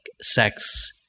sex